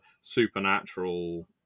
supernatural